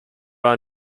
are